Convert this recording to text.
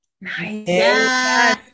Nice